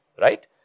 Right